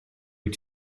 wyt